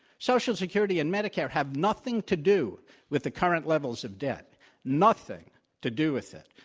social security and medicare have nothing to do with the current levels of debt nothing to do with it.